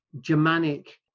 Germanic